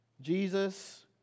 Jesus